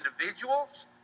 individuals